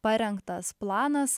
parengtas planas